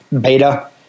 beta